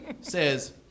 says